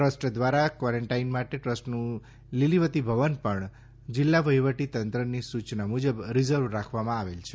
trust દ્વારા quarantine માટે ટ્રસ્ટનું લીલીવતી ભવન પણ જિલ્લા વફીવટી તંત્રની સૂચના મુજબ રીઝર્વ રાખવામાં આવેલ છે